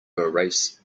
erase